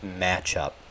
matchup